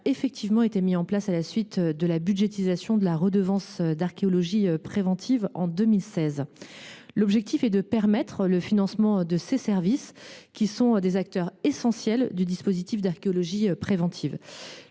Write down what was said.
a été mis en place à la suite de la budgétisation de la redevance d’archéologie préventive en 2016. L’objectif est de permettre le financement de ces services, qui sont des acteurs essentiels du dispositif d’archéologie préventive.